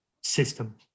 system